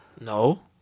No